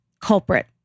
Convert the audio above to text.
culprit